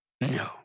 No